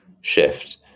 shift